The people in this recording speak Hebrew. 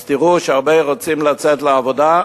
אז תראו שהרבה רוצים לצאת לעבודה,